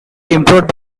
improved